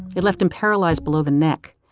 it left him paralyzed below the neck.